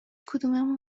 کدوممون